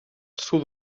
sud